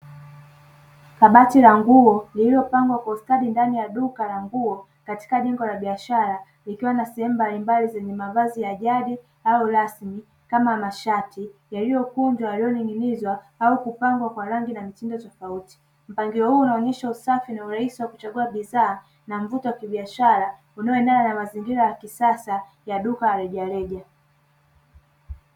Kabati la nguo lililopangwa kwa ustadi ndani ya duka la nguo katika jengo la biashara likiwa na sehemu mbalimbali zenye mavazi ya jadi au rasmi kama mashati yaliyokunjwa, yaliyoning'inizwa au kupangwa kwa rangi na mitindo tofauti. Mpangilio huu unaonyesha usafi na urahisi wa kuchagua bidhaa na mvuto wa kibiashara unaoendana na mazingira ya kisasa ya duka la rejareja.